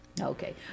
Okay